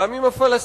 גם עם הפלסטינים,